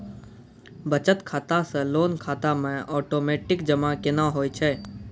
बचत खाता से लोन खाता मे ओटोमेटिक जमा केना होय छै?